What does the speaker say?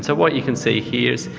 so what you can see here is,